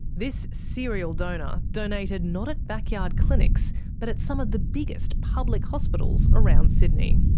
this serial donor donated not at backyard clinics but at some of the biggest public hospitals around sydney.